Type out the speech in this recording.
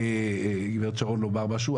גברת שרון לומר משהו.